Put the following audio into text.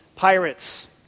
pirates